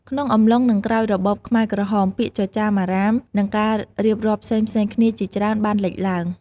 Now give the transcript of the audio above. ក្នុងអំឡុង និងក្រោយរបបខ្មែរក្រហម ពាក្យចចាមអារ៉ាម និងការរៀបរាប់ផ្សេងៗគ្នាជាច្រើន បានលេចឡើង។